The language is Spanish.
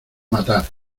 matar